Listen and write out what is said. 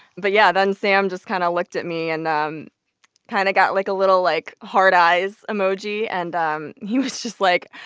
but yeah, then sam just kind of looked at me and um kind of got, like, a little, like, heart eyes emoji. and um he was just like,